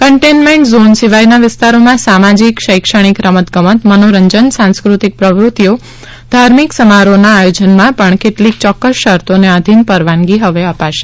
containment zone સિવાયના વિસ્તારોમાં સામાજિક શૈક્ષણિક રમત ગમત મનોરંજન સાંસ્કૃતિક પ્રવૃત્તિઓ ધાર્મિક સમારોહના આયોજનમાં પણ કેટલીક ચોક્ક્સ શરતોને આધીન પરવાનગી હવે અપાશે